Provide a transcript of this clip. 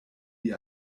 die